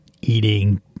eating